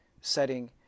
setting